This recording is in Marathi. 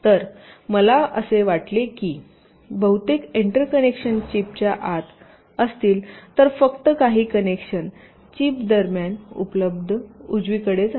तर मला असे वाटले आहे की बहुतेक एंटर कनेक्शन चीपच्या आत असतील तर फक्त काही कनेक्शन चिप्स दरम्यान उजवीकडे जातील